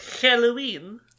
Halloween